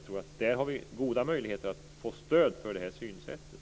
Jag tror att där har vi goda möjligheter att få stöd för det här synsättet.